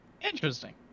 Interesting